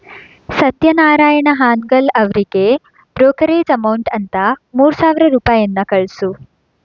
ಸತ್ಯನಾರಾಯಣ ಹಾನ್ಗಲ್ ಅವರಿಗೆ brokerage amount ಅಂತ ಮೂರು ಸಾವಿರ ರೂಪಾಯಿಯನ್ನ ಕಳಿಸು